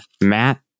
Matt